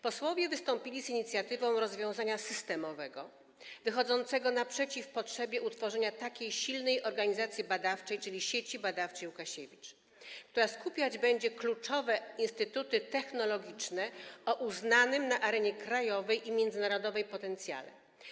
Posłowie wystąpili z inicjatywą rozwiązania systemowego, wychodzącego naprzeciw potrzebie utworzenia takiej silnej organizacji badawczej, czyli Sieci Badawczej Łukasiewicz, która skupiać będzie kluczowe instytuty technologiczne o uznanym na arenie krajowej i międzynarodowej potencjale.